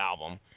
album